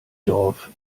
dorf